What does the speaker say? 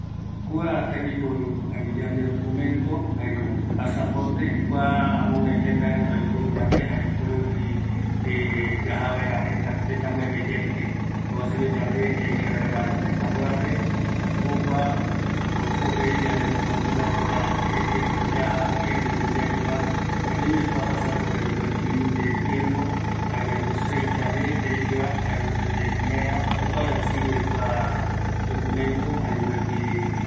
﻿Kua tembiporu ani yande docuemto, jae komo pasaporte, kua amoguë tëta reta oiporu yande jare jokoropi yaja vaera je tëta mbuepe yaike, kua osirive yande yaike vaera tëta mbuevape, jokua, jokope yanemo controla ret ke ketiko yajava, ketiguiko yayuva, jare oime kua pasaporte guinoi ilimite de tiempo jare ombo sello yande jare ombo sello yande jare omboselloye ñaevaera, jokuara isirive kua documento ani mopeti